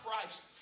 Christ